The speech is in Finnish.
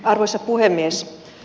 arvoisa puhemies